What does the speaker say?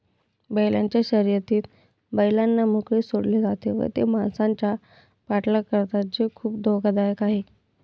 बैलांच्या शर्यतीत बैलांना मोकळे सोडले जाते व ते माणसांचा पाठलाग करतात जे खूप धोकादायक आहे